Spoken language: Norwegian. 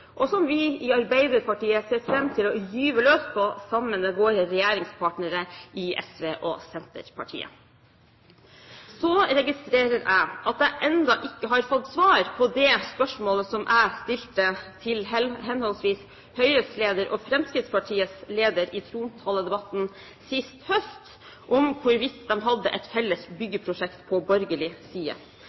og som vi i Arbeiderpartiet ser fram til å gyve løs på sammen med våre regjeringspartnere i SV og Senterpartiet. Så registrerer jeg at jeg ennå ikke har fått svar på det spørsmålet som jeg stilte til henholdsvis Høyres leder og Fremskrittspartiets leder i trontaledebatten sist høst, om hvorvidt de hadde et felles byggeprosjekt på borgerlig side.